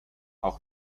auch